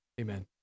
Amen